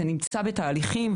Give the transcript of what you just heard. זה נמצא בתהליכים,